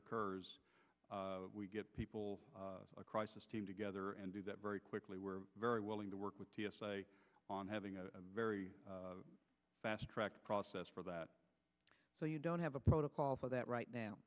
occurs we give people a crisis team together and do that very quickly we're very willing to work with t s a on having a very fast track process for that so you don't have a protocol for that right now